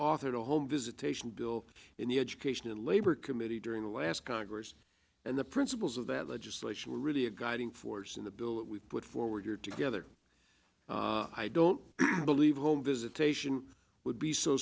authored a home visitation bill in the education and labor committee during the last congress and the principles of that legislation were really a guiding force in the bill that we put forward together i don't believe home visitation would be so